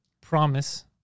promise